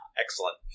Excellent